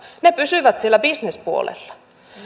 ne pysyvät siellä bisnespuolella